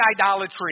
idolatry